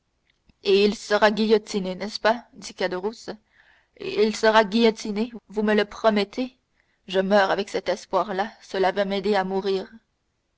et il sera guillotiné n'est-ce pas dit caderousse il sera guillotiné vous me le promettez je meurs avec cet espoir là cela va m'aider à mourir